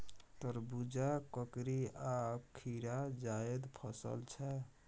तरबुजा, ककरी आ खीरा जाएद फसल छै